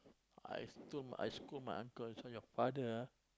I sto~ I scold my uncle this one your father ah